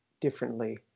differently